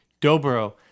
Dobro